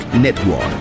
Network